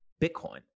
Bitcoin